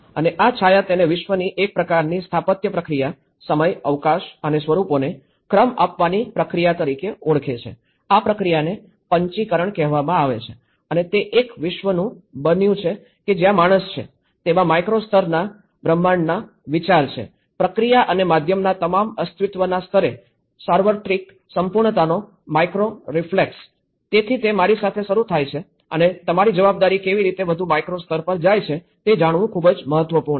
અને આ છાયા તેને વિશ્વની એક પ્રકારની સ્થાપત્ય પ્રક્રિયા સમય અવકાશ અને સ્વરૂપોને ક્રમ આપવાની પ્રક્રિયા તરીકે ઓળખે છે આ પ્રક્રિયાને પંચી કરણ કહેવામાં આવે છે અને તે એક વિશ્વનું બન્યું છે કે જ્યાં માણસ છે તેમાં માઇક્રો સ્તરના બ્રહ્માંડના વિચાર છે પ્રક્રિયા અને માધ્યમના તમામ અસ્તિત્વના સ્તરે સાર્વત્રિક સંપૂર્ણતાનો માઇક્રો રીફ્લેક્સ તેથી તે મારી સાથે શરૂ થાય છે અને તમારી જવાબદારી કેવી રીતે વધુ મેક્રો સ્તર પર જાય છે તે જાણવું ખૂબ જ મહત્વપૂર્ણ છે